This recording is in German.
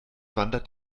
wandert